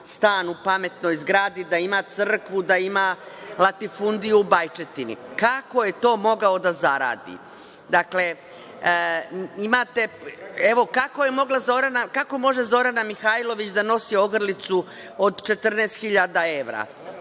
stan u pametnoj zgradi, da ima crkvu, da ima latifundiju u Bajčetini? Kako je to mogao da zaradi? Kako može Zorana Mihajlović da nosi ogrlicu od 14.000 evra?